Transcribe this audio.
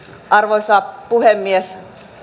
arvoisa puhemies